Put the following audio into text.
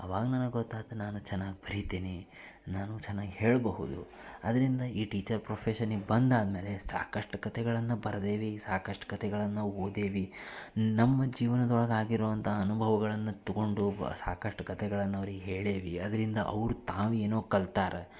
ಅವಾಗ ನನಗೆ ಗೊತ್ತಾತು ನಾನು ಚೆನ್ನಾಗಿ ಬರೀತೀನಿ ನಾನು ಚೆನ್ನಾಗಿ ಹೇಳಬಹುದು ಅದರಿಂದ ಈ ಟೀಚರ್ ಪ್ರೊಫೆಶನಿಗೆ ಬಂದಾದ ಮೇಲೆ ಸಾಕಷ್ಟು ಕಥೆಗಳನ್ನು ಬರೆದೇವೆ ಸಾಕಷ್ಟು ಕತೆಗಳನ್ನು ಓದೇವೆ ನಮ್ಮ ಜೀವನದೊಳಗಾಗಿರುವಂಥ ಅನುಭವಗಳನ್ನು ತಗೊಂಡು ಸಾಕಷ್ಟು ಕಥೆಗಳನ್ನು ಅವ್ರಿಗೆ ಹೇಳೇವೆ ಅದರಿಂದ ಅವರು ತಾವು ಏನೋ ಕಲ್ತಾರೆ